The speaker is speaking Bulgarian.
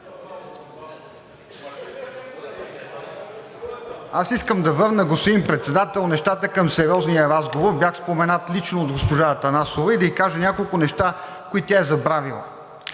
аз искам да върна нещата към сериозния разговор. Бях споменат лично от госпожа Атанасова и да ѝ кажа няколко неща, които е забравила.